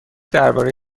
درباره